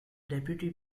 deputy